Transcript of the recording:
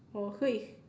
oh so he